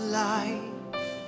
life